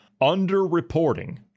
underreporting